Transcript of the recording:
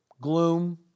gloom